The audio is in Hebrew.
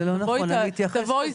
זה לא נכון, אני אתייחס לזה.